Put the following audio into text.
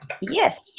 Yes